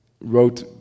wrote